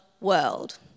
world